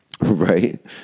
Right